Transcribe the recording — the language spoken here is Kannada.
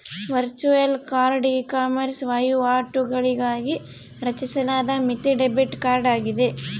ವರ್ಚುಯಲ್ ಕಾರ್ಡ್ ಇಕಾಮರ್ಸ್ ವಹಿವಾಟುಗಳಿಗಾಗಿ ರಚಿಸಲಾದ ಮಿತಿ ಡೆಬಿಟ್ ಕಾರ್ಡ್ ಆಗಿದೆ